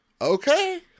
Okay